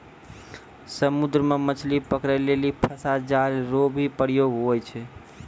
समुद्र मे मछली पकड़ै लेली फसा जाल रो भी प्रयोग हुवै छै